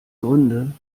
gründe